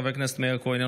חבר הכנסת מאיר כהן,